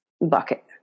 bucket